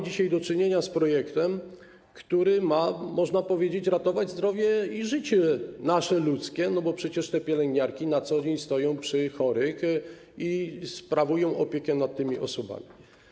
Dzisiaj mamy do czynienia z projektem, który ma, można powiedzieć, ratować nasze zdrowie i życie, ludzkie życie, bo przecież te pielęgniarki na co dzień stoją przy chorych, sprawują opiekę nad tymi osobami.